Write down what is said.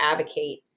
advocate